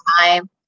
time